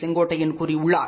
செங்கோட்டையன் கூறியுள்ளார்